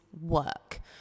work